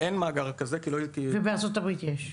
אין מאגר כזה, כי לא --- ובארצות הברית יש?